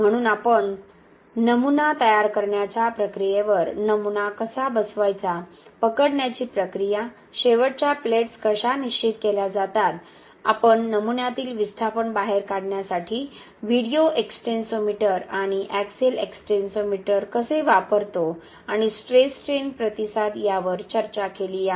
म्हणून आपण नमुना तयार करण्याच्या प्रक्रियेवर नमुना कसा बसवायचा पकडण्याची प्रक्रिया शेवटच्या प्लेट्स कशा निश्चित केल्या जातात आपण नमुन्यातील विस्थापन बाहेर काढण्यासाठी व्हिडिओ एक्सटेन्सोमीटर आणि एक्सिअल एक्स्टेन्सोमीटर कसे वापरतो आणि स्ट्रेस स्ट्रेन प्रतिसाद यावर चर्चा केली आहे